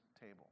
table